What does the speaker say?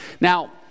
now